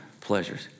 pleasures